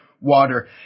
water